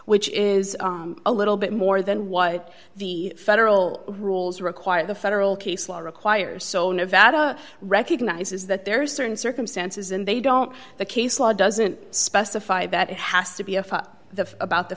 which is a little bit more than what the federal rules require the federal case law requires so nevada recognizes that there are certain circumstances and they don't the case law doesn't specify that it has to be a the about the